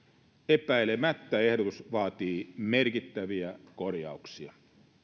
epäilemättä ehdotus vaatii merkittäviä korjauksia